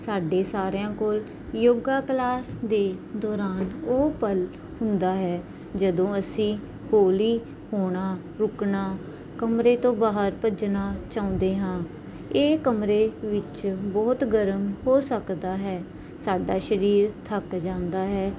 ਸਾਡੇ ਸਾਰਿਆਂ ਕੋਲ ਯੋਗਾ ਕਲਾਸ ਦੇ ਦੌਰਾਨ ਉਹ ਪਲ ਹੁੰਦਾ ਹੈ ਜਦੋਂ ਅਸੀਂ ਹੌਲੀ ਹੋਣਾ ਰੁਕਣਾ ਕਮਰੇ ਤੋਂ ਬਾਹਰ ਭੱਜਣਾ ਚਾਹੁੰਦੇ ਹਾਂ ਇਹ ਕਮਰੇ ਵਿੱਚ ਬਹੁਤ ਗਰਮ ਹੋ ਸਕਦਾ ਹੈ ਸਾਡਾ ਸਰੀਰ ਥੱਕ ਜਾਂਦਾ ਹੈ